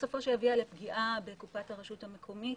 צפוי שיביאו לפגיעה בקופת הראשות המקומית.